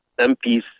MPs